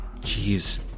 Jeez